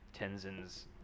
Tenzin's